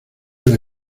era